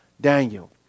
Daniel